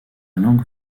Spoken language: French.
langue